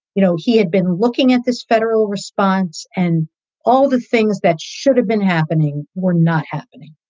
you know he had been looking at this federal response and all the things that should have been happening were not happening.